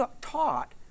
taught